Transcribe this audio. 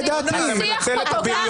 אמרתי שכולם הבינו.